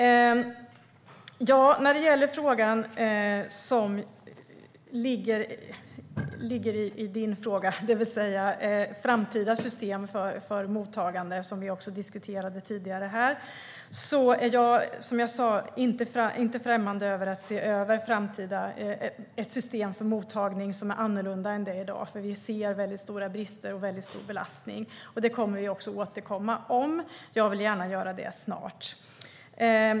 Emma Henriksson frågar om framtida system för mottagande, vilket vi också diskuterade tidigare. Jag är inte främmande för att titta på ett system för mottagning som är annorlunda än dagens system, för vi ser stora brister och stor belastning. Detta kommer vi att återkomma till, och jag vill gärna göra det snart.